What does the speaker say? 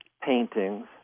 paintings